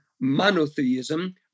monotheism